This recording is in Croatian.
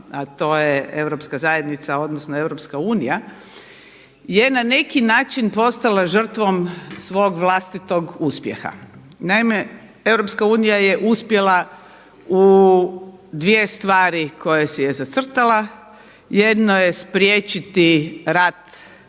a to je Europska zajednica odnosno Europska Unija je na neki način postala žrtvom svog vlastitog uspjeha. Naime, Europska Unija je uspjela u dvije stvari koje si je zacrtala, jedno je spriječiti rat